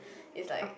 is like